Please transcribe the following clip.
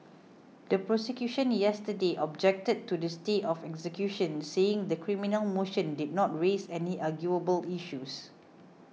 the prosecution yesterday objected to the stay of execution saying the criminal motion did not raise any arguable issues